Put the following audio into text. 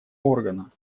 органа